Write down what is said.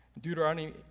Deuteronomy